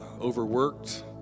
overworked